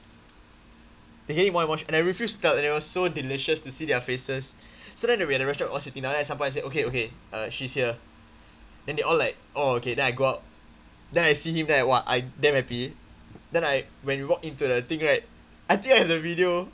they're getting more and more and I refuse to tell anyone so delicious to see their faces so then we're at the restaurant all sitting down then at some point I say okay okay uh she's here then they all like oh okay then I go out then I see him then I !wah! I damn happy then I when we walk into the thing right I think I have the video